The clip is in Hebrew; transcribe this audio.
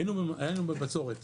הייתה לנו בצורת